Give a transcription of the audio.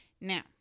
Now